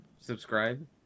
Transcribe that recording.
subscribe